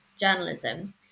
journalism